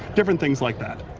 different things like that.